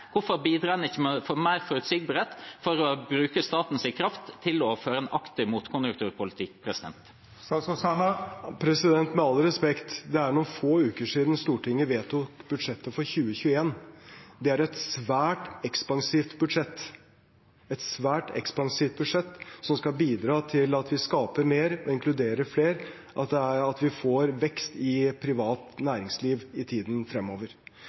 Hvorfor bidrar en ikke med å få mer forutsigbarhet og bruke statens kraft til å føre en aktiv motkonjunkturpolitikk? Med all respekt: Det er noen få uker siden Stortinget vedtok budsjettet for 2021. Det er et svært ekspansivt budsjett – et svært ekspansivt budsjett, som skal bidra til at vi skaper mer og inkluderer flere, og at vi får vekst i privat næringsliv i tiden fremover.